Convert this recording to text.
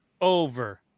Over